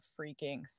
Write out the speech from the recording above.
freaking